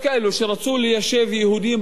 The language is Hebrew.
כשרצו ליישב יהודים בגליל,